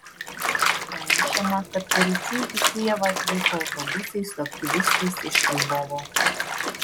pranešama kad paryčiui į kijevą atvyko autobusai su aktyvistais iš lvovo